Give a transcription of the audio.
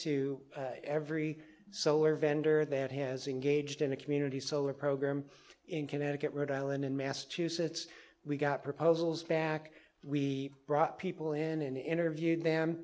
to every solar vendor that has engaged in a community solar program in connecticut rhode island in massachusetts we got proposals back we brought people in and interviewed them